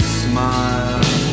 smile